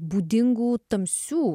būdingų tamsių